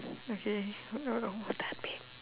okay al~ almost time